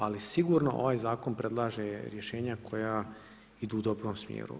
Ali sigurno ovaj zakon predlaže rješenja koja idu u dobro smjeru.